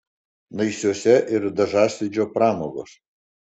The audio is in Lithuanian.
naisiuose ir dažasvydžio pramogos